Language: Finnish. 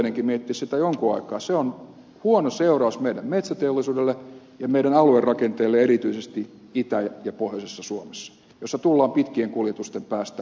pulliainenkin miettisi sitä jonkun aikaa sen seuraus meidän metsäteollisuutemme ja meidän aluerakenteemme kannalta erityisesti itä ja pohjoisessa suomessa joista tullaan pitkien kuljetusten päästä markkinoille